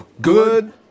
Good